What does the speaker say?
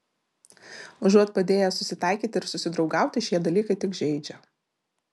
užuot padėję susitaikyti ir susidraugauti šie dalykai tik žeidžia